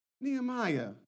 Nehemiah